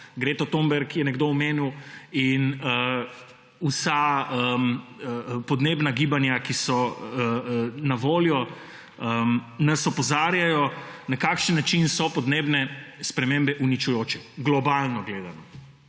Greto Tomberg nekdo omenil, in vsa podnebna gibanja, ki so na voljo, nas opozarjajo, na kakšen način so podnebne spremembe uničujoče, globalno gledano.